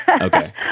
Okay